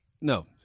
no